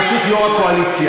בראשות יו"ר הקואליציה,